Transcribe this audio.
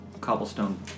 cobblestone